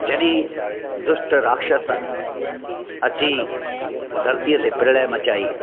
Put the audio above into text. जॾहिं दुष्ट राक्षस आहिनि अची धरतीअ ते प्रलय मचाई